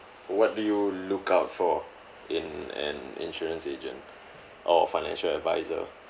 what do you look out for in an insurance agent or financial adviser